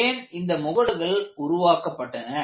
ஏன் இந்த முகடுகள் உருவாக்கப்பட்டது